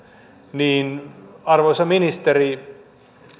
niin arvoisa ministeri